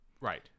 Right